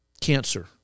cancer